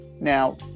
Now